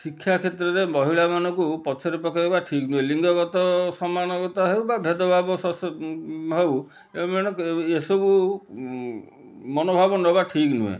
ଶିକ୍ଷା କ୍ଷେତ୍ରରେ ମହିଳାମାନଙ୍କୁ ପଛରେ ପକାଇବା ଠିକ୍ ନୁହେଁ ଲିଙ୍ଗ ଗତ ସମାନଗତ ହେଉ ବା ଭେଦଭାବ ସସ ହେଉ ଏମାନେ ଏସବୁ ମନୋଭାବ ନେବା ଠିକ୍ ନୁହେଁ